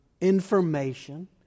information